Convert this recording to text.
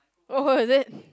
oh is it